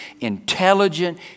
intelligent